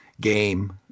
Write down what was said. game